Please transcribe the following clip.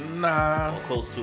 Nah